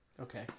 Okay